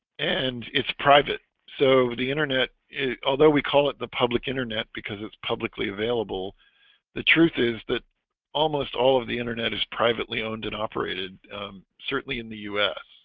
and it's private so the internet it although we call it the public internet because it's publicly available the truth is that almost all of the internet is privately owned and operated certainly in the us